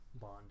Bond